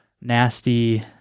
nasty